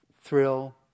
thrill